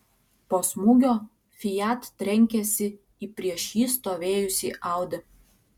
po smūgio fiat trenkėsi į prieš jį stovėjusį audi